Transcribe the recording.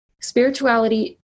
Spirituality